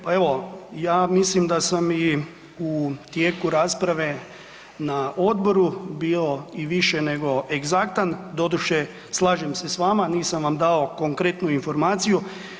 Pa evo, ja mislim da sam i u tijeku rasprave na odboru bio i više nego egzaktan, doduše slažem se s vama, nisam vam dao konkretnu informaciju.